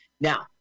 Now